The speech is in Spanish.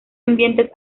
ambientes